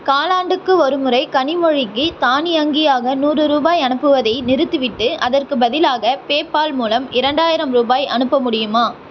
காலாண்டுக்கு ஒரு முறை கனிமொழிக்கு தானியங்கியாக நூறு ரூபாய் அனுப்புவதை நிறுத்தி விட்டு அதற்குப் பதிலாக பேபால் மூலம் இரண்டாயிரம் ரூபாய் அனுப்ப முடியுமா